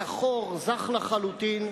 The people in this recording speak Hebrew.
צחור, זך לחלוטין.